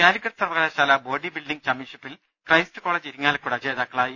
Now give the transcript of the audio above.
കാലിക്കറ്റ് സർവകലാശാല body building ചാംപ്യൻഷിപ്പിൽ Christ college Irinjalakuda ജേതാക്കളായി